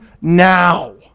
now